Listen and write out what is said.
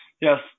Yes